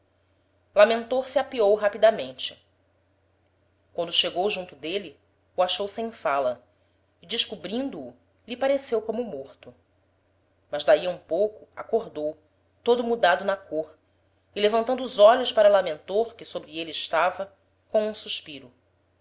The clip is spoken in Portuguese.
lamentor se apeou rapidamente quando chegou junto d'êle o achou sem fala e descobrindo o lhe pareceu como morto mas d'ahi a um pouco acordou todo mudado na côr e levantando os olhos para lamentor que sobre êle estava com um suspiro